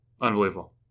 unbelievable